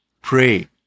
Pray